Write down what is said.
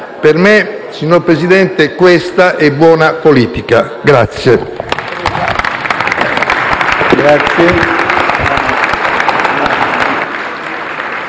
Per me, signor Presidente, questa è buona politica